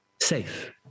safe